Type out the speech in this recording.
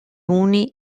uni